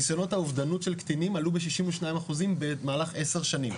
נסיונות האובדנות של קטינים עלו ב-62% במהלך עשר שנים.